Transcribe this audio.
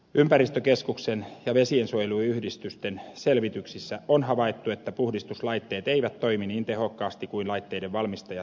ympäristökeskuksen ja vesiensuojeluyhdistysten selvityksissä on havaittu että puhdistuslaitteet eivät toimi niin tehokkaasti kuin laitteiden valmistajat lupaavat